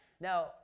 Now